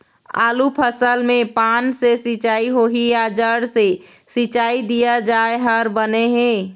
आलू फसल मे पान से सिचाई होही या जड़ से सिचाई दिया जाय हर बने हे?